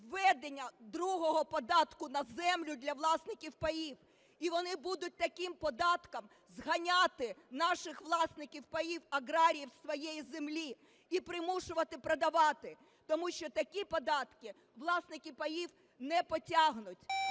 введення другого податку на землю для власників паїв. І вони будуть таким податком зганяти наших власників паїв, аграріїв зі своєї землі і примушувати продавати, тому що такі податки власники паїв не потягнуть.